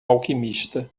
alquimista